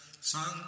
sun